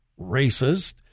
racist